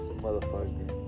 Motherfucker